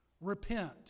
repent